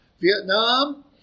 Vietnam